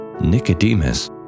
Nicodemus